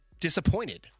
disappointed